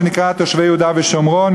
שנקראת תושבי יהודה ושומרון,